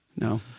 No